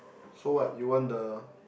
so what you want the